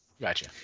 Gotcha